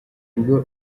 bwo